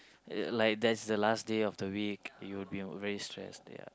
like that's the last day of the week you will be very stress ya